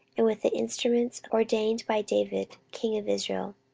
and with the instruments ordained by david king of israel.